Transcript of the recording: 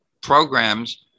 programs